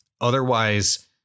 Otherwise